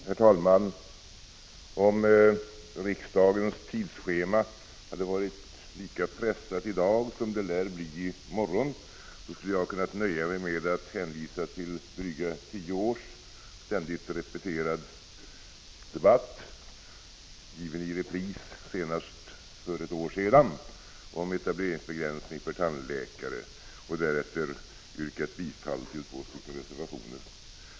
Herr talman! Om riksdagens tidsschema hade varit lika pressat i dag som det lär bli i morgon, skulle jag ha kunnat nöja mig med att hänvisa till dryga tio års ständigt repeterad debatt, given i repris senast för ett år sedan, om etableringsbegränsning för tandläkare och därefter yrkat bifall till våra reservationer.